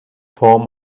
form